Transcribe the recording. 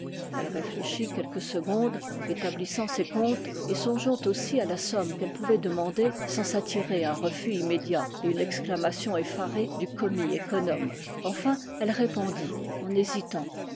elle réfléchit quelques secondes établissant ses comptes et songeant aussi à la somme qu'elle pouvait demander sans s'attirer un refus immédiat et une exclamation effarée du commis économe enfin elle répondit en hésitant